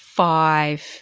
five